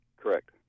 correct